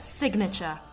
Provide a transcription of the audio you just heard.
signature